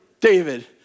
David